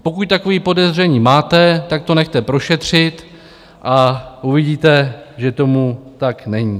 Pokud takové podezření máte, tak to nechte prošetřit a uvidíte, že tomu tak není.